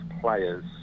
players